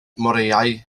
moreau